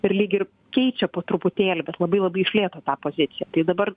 ir lyg ir keičia po truputėlį bet labai labai iš lėto tą poziciją tai dabar